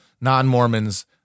non-Mormons